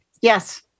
Yes